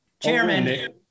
Chairman